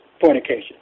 fornication